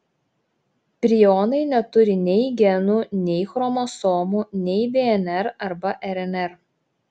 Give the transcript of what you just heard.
prionai neturi nei genų nei chromosomų nei dnr arba rnr